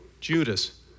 Judas